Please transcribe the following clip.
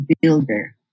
builder